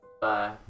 Bye